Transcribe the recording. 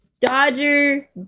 Dodger